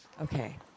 Okay